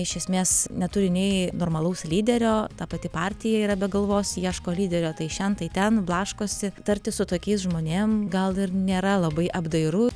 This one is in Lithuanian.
iš esmės neturi nei normalaus lyderio ta pati partija yra be galvos ieško lyderio tai šen tai ten blaškosi tartis su tokiais žmonėm gal ir nėra labai apdairu